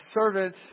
servant